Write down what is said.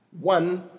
One